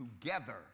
together